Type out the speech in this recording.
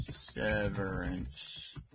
Severance